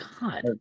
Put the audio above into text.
god